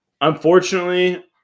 Unfortunately